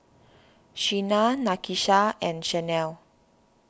Shena Nakisha and Shanell